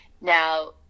Now